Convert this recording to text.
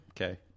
okay